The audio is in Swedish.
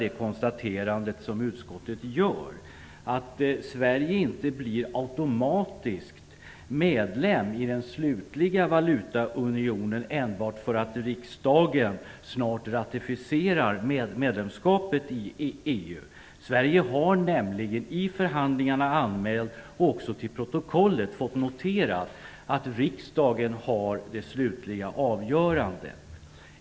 Det konstaterande som utskottet gör är viktigt: Sverige blir inte automatiskt medlem i den slutliga valutaunionen enbart för att riksdagen snart ratificerar medlemskapet i EU. Sverige har nämligen i förhandlingarna anmält, och också till protokollet fått noterat, att riksdagen har det slutliga avgörandet.